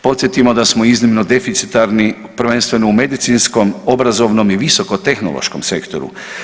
Podsjetimo da smo iznimno deficitarni, prvenstveno u medicinskom obrazovnom i visoko tehnološkom sektoru.